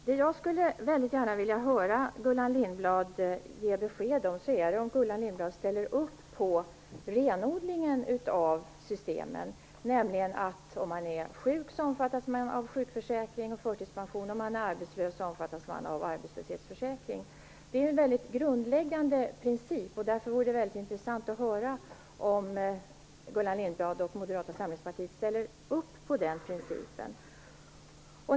Herr talman! Det jag väldigt gärna skulle vilja höra Gullan Lindblad ge besked om är om Gullan Lindblad ställer upp på renodlingen av systemen: Är man sjuk omfattas man av sjukförsäkring och förtidspension, och är man arbetslös omfattas man av arbetslöshetsförsäkring. Det är ju en väldigt grundläggande princip, och därför vore det väldigt intressant att höra om Gullan Lindblad och Moderata samlingspartiet ställer upp på den principen.